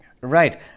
Right